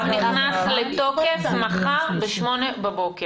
ויש לי כאן פניות לגבי 12 ביולי ולגבי 13 ביולי.